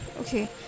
Okay